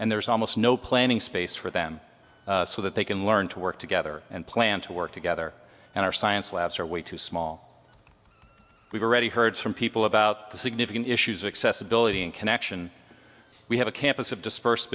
and there's almost no planning space for them so that they can learn to work together and plan to work together and our science labs are way too small we've already heard from people about the significant issues of accessibility in connection we have a campus of dispersed